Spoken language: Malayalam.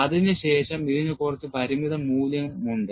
അതിനുശേഷം ഇതിന് കുറച്ച് പരിമിത മൂല്യമുണ്ട്